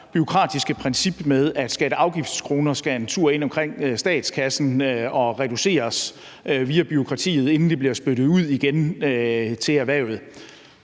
bureaukratiske princip med, at skatte- og afgiftskroner skal en tur ind omkring statskassen og reduceres via bureaukratiet, inden de bliver spyttet ud igen til erhvervslivet.